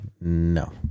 no